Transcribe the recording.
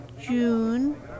June